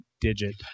digit